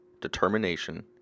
determination